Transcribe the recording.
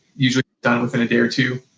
usually done within a day or two.